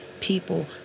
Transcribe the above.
people